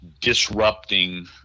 disrupting